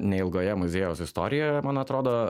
neilgoje muziejaus istorijoje man atrodo